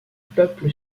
peuple